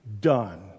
done